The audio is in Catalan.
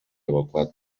evacuat